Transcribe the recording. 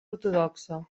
ortodoxa